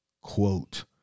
quote